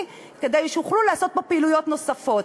כדי שיוכלו לעשות בו פעילויות נוספות.